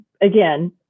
again